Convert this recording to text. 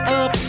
up